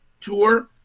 Tour